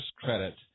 credit